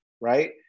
Right